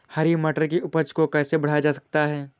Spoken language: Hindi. हरी मटर की उपज को कैसे बढ़ाया जा सकता है?